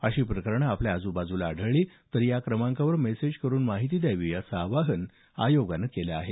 अशी प्रकरणं आपल्या आजूबाजूला आढळली तर या क्रमांकावर मेसेज करून माहिती द्यावी असं आवाहन आयोगानं केलं आहे